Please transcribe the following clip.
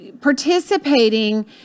participating